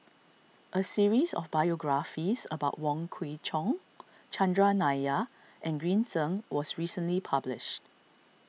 a series of biographies about Wong Kwei Cheong Chandran Nair and Green Zeng was recently published